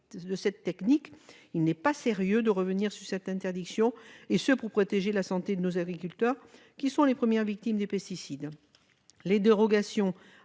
de cette technique, il n'est pas sérieux de revenir sur cette interdiction. Il y va de la protection de la santé de nos agriculteurs, qui sont les premières victimes des pesticides. Les dérogations